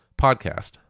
podcast